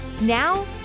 Now